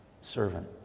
servant